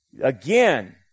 again